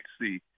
see